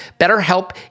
BetterHelp